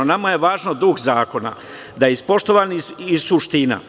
Nama je važan duh zakona, da je ispoštovana suština.